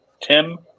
Tim